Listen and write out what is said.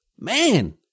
Man